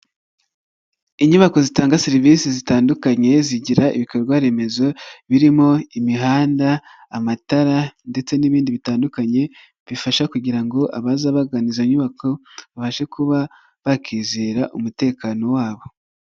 Inyubako zitanga serivisi zitandukanye zigira ibikorwa remezo birimo imihanda, amatara ndetse n'ibindi bitandukanye, bifasha kugira ngo abaza bagana izo nyubako babashe kuba bakizera umutekano wabo.